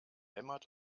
hämmert